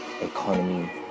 economy